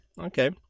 Okay